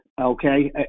okay